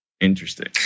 Interesting